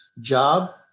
job